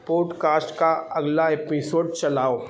podcast کا اگلا episode چلاؤ